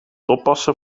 oppassen